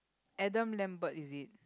Adam-Lambert is it